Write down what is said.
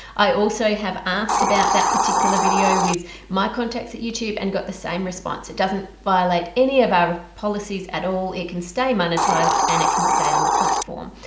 i also have asked about that particular video with my contacts at youtube and got the same response. it doesn't violate any of our policies at all it can stay monetized and it can stay on the platform.